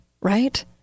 right